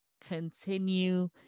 continue